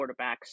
quarterbacks